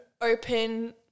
Open